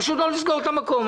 פשוט לא לסגור את המקום.